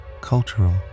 cultural